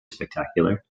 spectacular